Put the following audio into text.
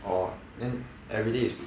orh then everyday